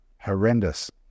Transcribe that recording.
horrendous